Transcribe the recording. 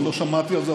אני לא שמעתי על זה,